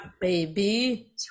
baby